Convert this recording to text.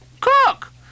Cook